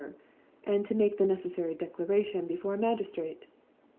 and to make the necessary declaration before a magistrate.